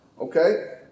Okay